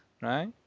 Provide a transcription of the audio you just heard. right